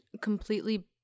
completely